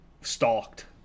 stalked